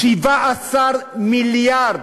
17 מיליארד,